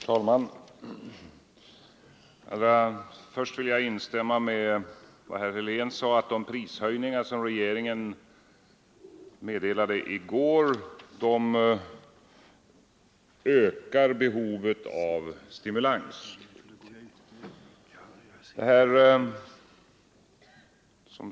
Herr talman! Allra först vill jag instämma i vad herr Helén sade om att de prishöjningar som regeringen meddelade i går ökar behovet av stimulans.